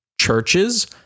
churches